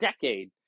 decade